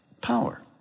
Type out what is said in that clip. power